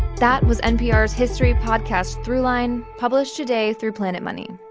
that was npr's history podcast throughline, published today through planet money.